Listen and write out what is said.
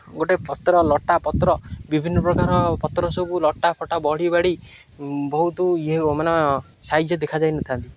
ଗୋଟେ ପତ୍ର ଲଟା ପତ୍ର ବିଭିନ୍ନପ୍ରକାର ପତ୍ର ସବୁ ଲଟା ଫଟା ବଢ଼ିି ବାଢ଼ି ବହୁତୁ ଇଏ ମାନେ ସାଇଜ୍ରେ ଦେଖାଯାଇନଥାନ୍ତି